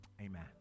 Amen